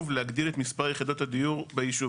להגדיל את מספר יחידות הדיור ביישוב.